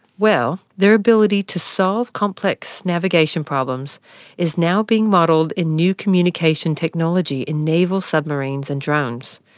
well, their ability to solve complex navigation problems is now being modelled in new communication technology in naval submarines and drones,